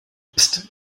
psst